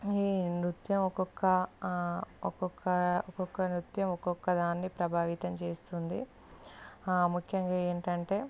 ఈ నృత్యం ఒక్కొక్క ఆ ఒక్కొక్క ఒక్కొక్క నృత్యం ఒక్కొక్క దాన్ని ప్రభావితం చేస్తుంది ఆ ముఖ్యంగా ఏంటంటే